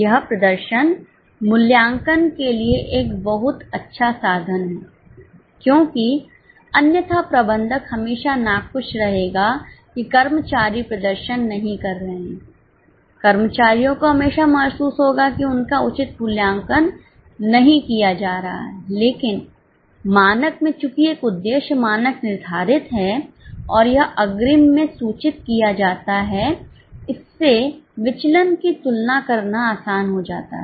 यह प्रदर्शन मूल्यांकन के लिए एक बहुत अच्छा साधन है क्योंकि अन्यथा प्रबंधक हमेशा नाखुश रहेगा कि कर्मचारी प्रदर्शन नहीं कर रहे हैं कर्मचारियों को हमेशा महसूस होगा कि उनका उचित मूल्यांकन नहीं किया जा रहा है लेकिन मानक में चूंकि एक उद्देश्य मानक निर्धारित है और यह अग्रिम में सूचित किया जाता है इससे विचलन की तुलना करना आसान हो जाता है